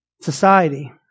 Society